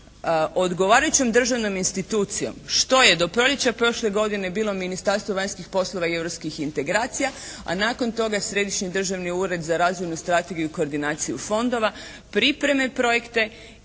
odgovarajućom državnom institucijom što je do proljeća prošle godine bilo Ministarstvo vanjskih poslova i europskih integracija a nakon toga Središnji državni ured za razvojnu strategiju i koordinaciju fondova pripreme projekte